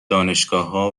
دانشگاهها